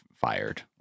fired